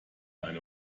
eine